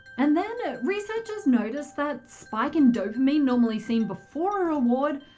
and then ah researchers noticed that spike in dopamine, normally seen before a reward,